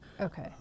Okay